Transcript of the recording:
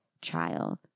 child